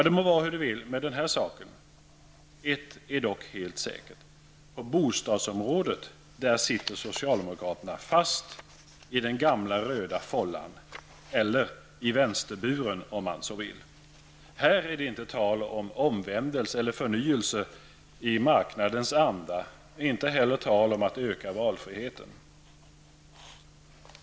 Det må vara hur det vill med den här saken, ett är dock helt säkert; på bostadsområdet sitter socialdemokraterna fast i den gamla röda fållan eller i vänsterburen om man så vill. Här är det inte tal om omvändelse eller förnyelse i marknadens anda. Det är inte heller tal om att öka valfriheten.